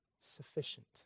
sufficient